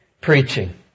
preaching